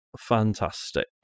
fantastic